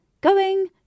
Going